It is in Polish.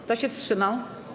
Kto się wstrzymał?